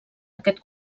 aquest